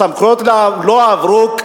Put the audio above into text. הסמכויות לא הועברו,